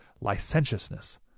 licentiousness